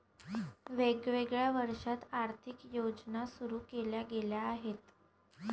वेगवेगळ्या वर्षांत आर्थिक योजना सुरू केल्या गेल्या आहेत